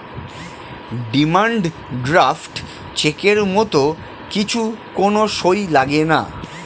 demand draft চেকের মত কিছু কোন সই লাগেনা